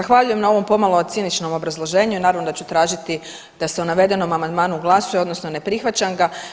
Zahvaljujem na ovom pomalo ciničnom obrazloženju i naravno da ću tražiti da se o navedenom amandmanu glasuje odnosno ne prihvaćam ga.